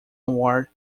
award